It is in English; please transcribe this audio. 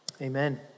Amen